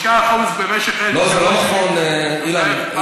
5% במשך שלוש שנים, לא, זה לא נכון, אילן.